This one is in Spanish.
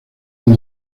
del